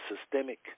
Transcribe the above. systemic